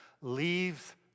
leaves